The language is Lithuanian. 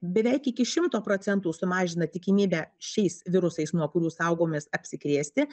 beveik iki šimto procentų sumažina tikimybę šiais virusais nuo kurių saugomės apsikrėsti